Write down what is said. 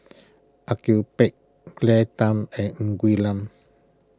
Au Yue Pak Claire Tham and Ng Quee Lam